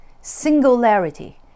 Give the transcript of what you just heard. singularity